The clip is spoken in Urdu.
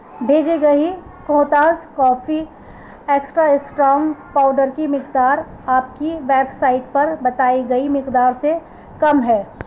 بھیجے گئی کوہتاز کافی ایکسٹرا اسٹرونگ پاؤڈر کی مقدار آپ کی ویب سائٹ پر بتائی گئی مقدار سے کم ہے